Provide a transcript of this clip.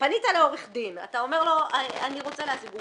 פנית לעורך דין ואתה אומר לו שאתה רוצה להשיג.